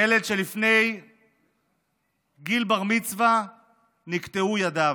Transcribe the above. ילד שלפני גיל בר-מצווה נקטעו ידיו,